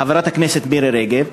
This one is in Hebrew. חברת הכנסת מירי רגב,